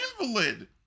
invalid